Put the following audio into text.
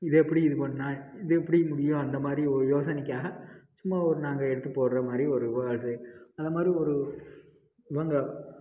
இதை எப்படி இது பண்ணான் இது எப்படி முடியும் அந்த மாதிரி ஒரு யோசனைக்காக சும்மா ஒரு நாங்கள் எடுத்து போடுற மாதிரி ஒரு அந்தமாதிரி ஒரு